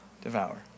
devour